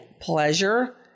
pleasure